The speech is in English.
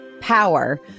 power